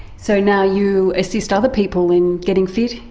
so now you assist other people in getting fit?